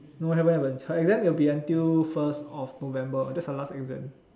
no haven't haven't her exam will be until first of november that's her last exam